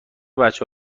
بچه